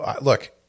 look